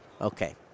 Okay